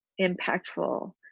impactful